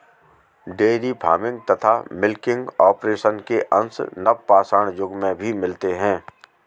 dairy farming तथा milking operation के अंश नवपाषाण युग में भी मिलते हैं